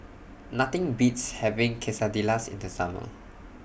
Nothing Beats having Quesadillas in The Summer